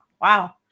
wow